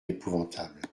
épouvantable